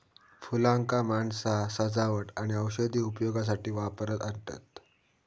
फुलांका माणसा सजावट आणि औषधी उपयोगासाठी वापरात आणतत